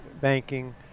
banking